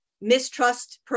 mistrust